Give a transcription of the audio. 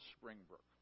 Springbrook